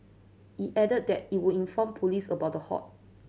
it added that it would inform police about the hoax